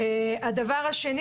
שנית,